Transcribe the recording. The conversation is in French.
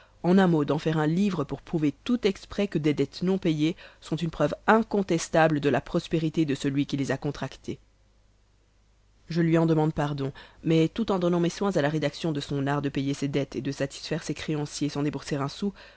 en un mot d'en faire un livre pour prouver tout exprès que des dettes non payées sont une preuve incontestable de la prospérité de celui qui les a contractées je lui en demande pardon mais tout en donnant mes soins à la rédaction de son art de payer ses dettes et de satisfaire ses créanciers sans débourser un sou